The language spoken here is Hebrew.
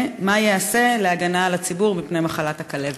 4. מה ייעשה להגנה על הציבור מפני מחלת הכלבת?